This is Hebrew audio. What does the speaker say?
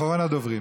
אחרון הדוברים.